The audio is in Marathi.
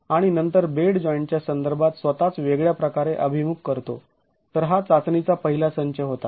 आणि नंतर बेड जॉईंटच्या संदर्भात स्वतःच वेगळ्या प्रकारे अभिमुख करतो तर हा चाचणीचा पहिला संच होता